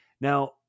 Now